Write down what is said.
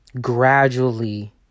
Gradually